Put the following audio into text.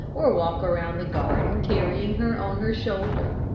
or walk around the garden carrying her on her shoulder.